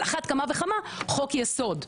על אחת כמה וכמה חוק יסוד.